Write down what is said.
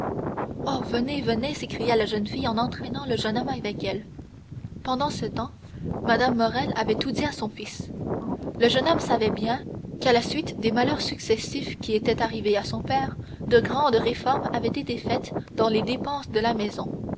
venez venez s'écria la jeune fille en entraînant le jeune homme avec elle pendant ce temps mme morrel avait tout dit à son fils le jeune homme savait bien qu'à la suite des malheurs successifs qui étaient arrivés à son père de grandes réformes avaient été faites dans les dépenses de la maison